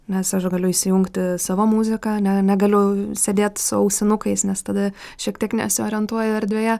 nes aš galiu įsijungti savo muziką ne negaliu sėdėt su ausinukais nes tada šiek tiek nesiorientuoju erdvėje